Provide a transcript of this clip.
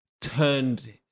turned